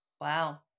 Wow